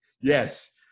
Yes